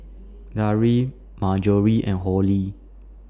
Darry Marjory and Holly